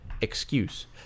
excuse